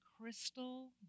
crystal